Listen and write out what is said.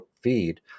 feed